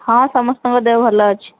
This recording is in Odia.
ହଁ ସମସ୍ତଙ୍କ ଦେହ ଭଲ ଅଛି